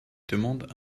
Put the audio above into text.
demande